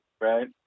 right